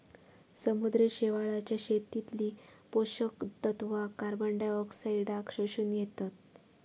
समुद्री शेवाळाच्या शेतीतली पोषक तत्वा कार्बनडायऑक्साईडाक शोषून घेतत